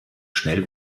schnell